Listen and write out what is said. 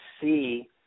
see